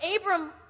Abram